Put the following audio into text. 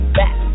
back